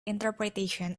interpretations